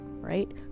right